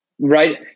right